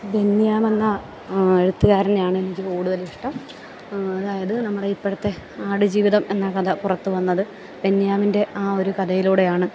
ബെന്യാം എന്ന എഴുത്തുകാരനെയാണ് എനിക്ക് കൂടുതൽ ഇഷ്ടം അതായത് നമ്മുടെ ഇപ്പോഴത്തെ ആടുജീവിതം എന്ന കഥ പുറത്തുവന്നത് ബെന്യാമിൻ്റെ ആ ഒരു കഥയിലൂടെയാണ്